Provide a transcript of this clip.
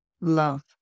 love